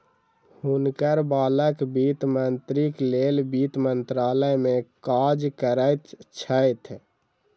हुनकर बालक वित्त मंत्रीक लेल वित्त मंत्रालय में काज करैत छैथ